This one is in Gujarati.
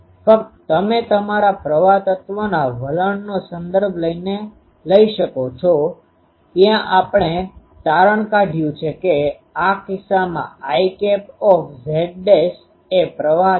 ફક્ત તમે તમારા પ્રવાહ તત્વના વલણનો સંદર્ભ લઈ શકો છો ત્યાં આપણે તારણ કાઢયું છે કે આ કિસ્સામાં IZ' એ પ્રવાહ છે